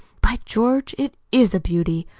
by george, it is a beauty!